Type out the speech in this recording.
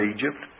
Egypt